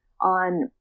on